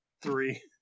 three